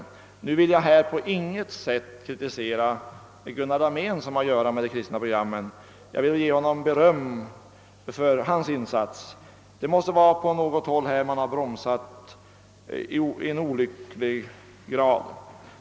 Jag vill på intet sätt kritisera Gunnar Dahmén som sköter de kristna programmen; tvärtom vill jag berömma honom för hans insats. Men på något håll måste man ha bromsat dessa program.